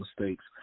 mistakes